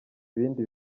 ibindi